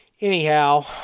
Anyhow